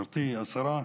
גברתי השרה,